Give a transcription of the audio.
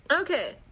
Okay